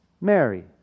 Mary